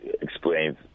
explains